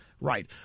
right